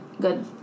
good